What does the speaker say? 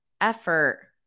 effort